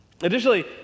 Additionally